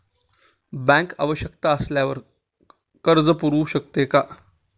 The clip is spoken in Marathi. बँक आवश्यकता असल्यावर कर्ज पुरवू शकते का?